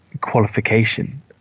qualification